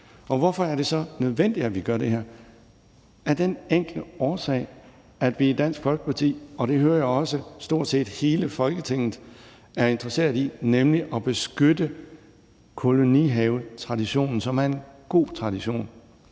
Og hvorfor er det så nødvendigt, at vi gør det her? Af den enkle årsag, at vi i Dansk Folkeparti – og det hører jeg også at stort set hele Folketinget er interesseret i – ønsker at beskytte kolonihavetraditionen, som er en god tradition.